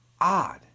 Odd